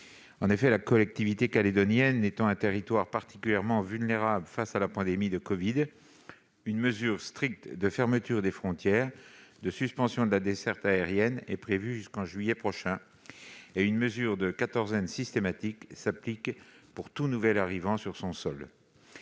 La collectivité calédonienne est un territoire particulièrement vulnérable face à la pandémie de covid. Des mesures strictes de fermeture des frontières et de suspension de la desserte aérienne sont prévues jusqu'en juillet prochain et une mesure de quatorzaine systématique s'applique pour tout nouvel arrivant sur son sol.